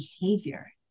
behavior